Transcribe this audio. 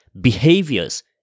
behaviors